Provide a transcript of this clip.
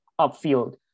upfield